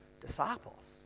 disciples